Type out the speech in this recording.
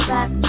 Back